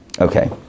Okay